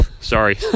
sorry